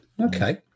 okay